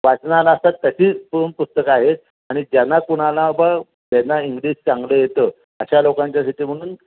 वाचनालयात असतात तशीच पुस्तकं आहे आणि ज्यांना कुणाला बाबा इंग्लिश चांगलं येतं अशा लोकांच्यासाठी म्हणून